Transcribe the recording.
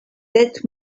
that